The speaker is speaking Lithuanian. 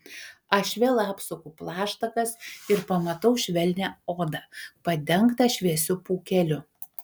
aš vėl apsuku plaštakas ir pamatau švelnią odą padengtą šviesiu pūkeliu